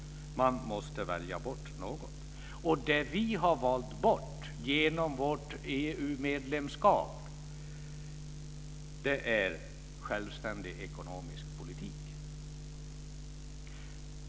Man måste välja bort något. Det som vi har valt bort genom vårt EU medlemskap är en självständig ekonomisk politik.